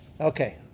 Okay